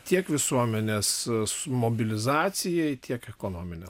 tiek visuomenės mobilizacijai tiek ekonomine